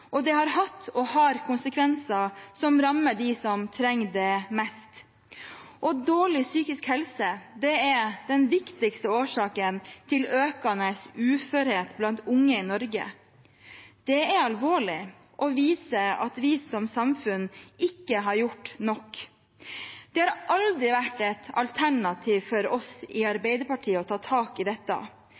Det har hatt og har konsekvenser som rammer dem som trenger det mest. Dårlig psykisk helse er den viktigste årsaken til økende uførhet blant unge i Norge. Det er alvorlig og viser at vi som samfunn ikke har gjort nok. Det har aldri vært et alternativ for oss i Arbeiderpartiet ikke å ta tak i dette.